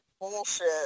bullshit